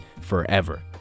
forever